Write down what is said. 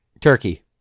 Turkey